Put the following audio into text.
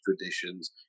traditions